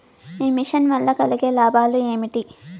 ఈ మిషన్ వల్ల కలిగే లాభాలు ఏమిటి?